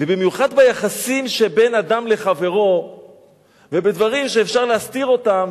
ובמיוחד ביחסים שבין אדם לחברו ובדברים שאפשר להסתיר אותם,